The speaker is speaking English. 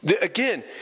Again